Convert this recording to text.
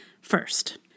First